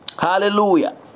Hallelujah